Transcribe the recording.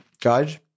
Judge